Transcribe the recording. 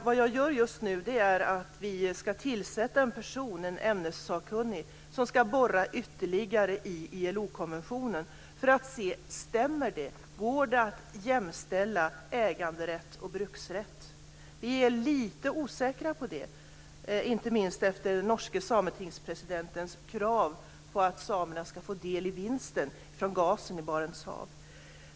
Vad som just nu är på gång är att vi ska tillsätta en ämnessakkunnig person, som ska borra ytterligare i ILO-konventionen för att se om det går att jämställa äganderätt och bruksrätt. Vi är lite osäkra på det, inte minst efter den norske sametingspresidentens krav på att samerna ska få del i vinsten från gasen i Barents hav.